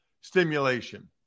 stimulation